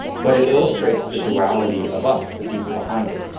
but it illustrates the duality of us, the people behind it.